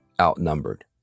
outnumbered